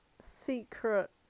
secret